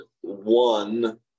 one